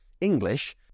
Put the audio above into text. English